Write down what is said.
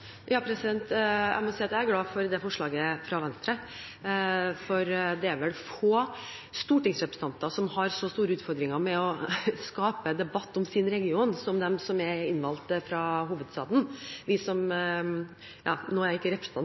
Jeg må si at jeg er glad for forslaget fra Venstre, for det er vel få stortingsrepresentanter som har så store utfordringer med å skape debatt om sin region, som de som er innvalgt fra hovedstaden. Vi som – nei, nå er jeg ikke representant